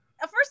First